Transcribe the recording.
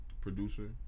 producer